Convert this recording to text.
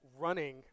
running